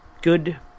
good